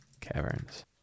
caverns